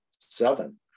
Seven